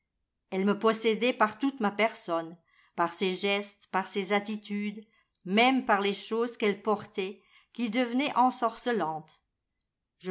elle me possédait par toute sa personne par ses gestes par ses attitudes même par les choses qu'elle portait qui devenaient ensorcelantes je